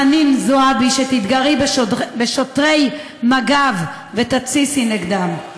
חנין זועבי, שתתגרי בשוטרי מג"ב ותתסיסי נגדם?